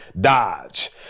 Dodge